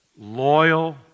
loyal